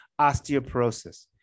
osteoporosis